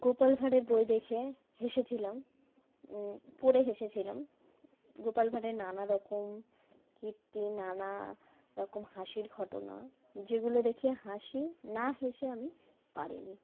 গোপাল ভাঁড়ের বই দেখে হেসেছিলাম পড়ে হেসেছিলাম গোপাল ভাঁড়ের নানা রকম কীর্তি নানা রকম হাসির ঘটনা যেগুলো দেখে হাসি না হেসে আমি পারিনি